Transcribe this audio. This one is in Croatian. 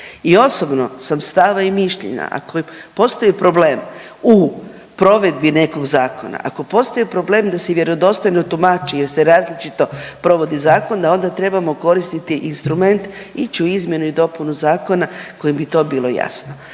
i osobno sam stava i mišljenja ako postoji problem u provedbi nekog zakona, ako postoji problem da se vjerodostojno tumači jer se različito provodi zakon, da onda trebamo koristiti instrument i ić u izmjenu i dopunu zakona kojim bi to bilo jasno,